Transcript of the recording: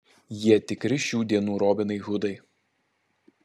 jie tikri šių dienų robinai hudai